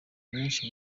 menshi